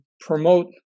promote